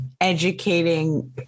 educating